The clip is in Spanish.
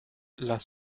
las